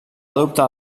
adoptar